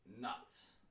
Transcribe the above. nuts